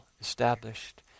established